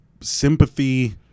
sympathy